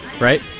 right